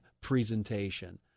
presentation